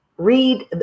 read